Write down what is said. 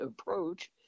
approach